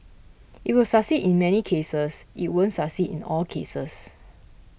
it will succeed in many cases it won't succeed in all cases